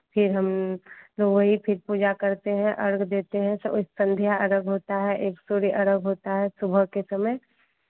फिर हम लोग वही फिर पूजा करते हैं अर्घ्य देते हैं सब संध्या अर्घ्य होता है एक सूर्य अर्घ्य होता है सुबह के समय